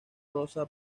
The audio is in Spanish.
rosa